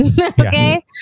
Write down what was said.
Okay